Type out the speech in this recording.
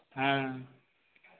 हम्म